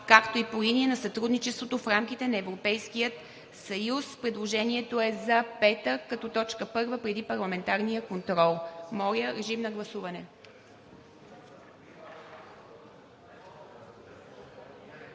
както и по линия на сътрудничеството в рамките на Европейския съюз. Предложението е за петък като точка първа преди парламентарния контрол. Моля, гласувайте.